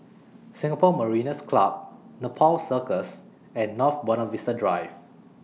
Singapore Mariners' Club Nepal Circus and North Buona Vista Drive